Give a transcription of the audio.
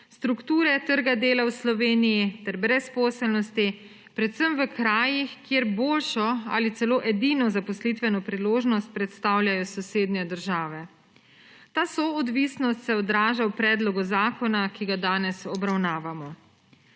strukture tega dela v Sloveniji ter brezposelnosti predvsem v krajih, kjer boljšo ali celo edino zaposlitveno priložnost predstavljajo sosednje države. Ta soodvisnost se odraža v predlogu zaklona, ki ga danes obravnavamo.